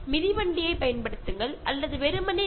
കഴിവതും സൈക്കിൾ ഉപയോഗിക്കുകയോ നടന്നു പോവുകയോ ചെയ്യുക